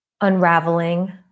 unraveling